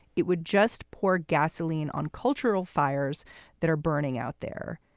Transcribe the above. it would just pour gasoline on cultural fires that are burning out there.